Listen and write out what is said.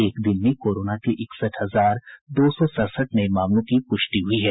एक दिन में कोरोना के इकसठ हजार दो सौ सड़सठ नए मामलों की पुष्टि हुई है